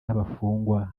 abafungwa